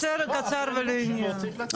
קצר ולעניין.